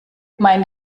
mein